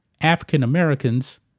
African-Americans